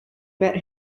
met